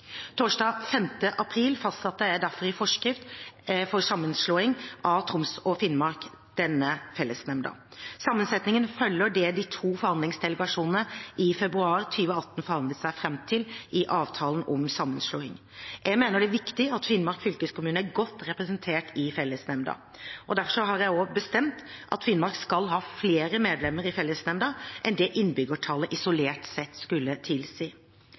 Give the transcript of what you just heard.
Torsdag 5. april fastsatte jeg derfor dette i en forskrift for sammenslåingen av Troms og Finnmark. Sammensetningen følger det de to forhandlingsdelegasjonene i februar 2018 forhandlet seg fram til i avtalen om sammenslåingen. Jeg mener det er viktig at Finnmark fylkeskommune er godt representert i fellesnemnda. Jeg har derfor bestemt at Finnmark skal ha flere medlemmer i fellesnemnda enn det innbyggertallet isolert sett skulle tilsi.